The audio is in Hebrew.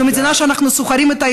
זו מדינה שאנחנו סוחרים איתה,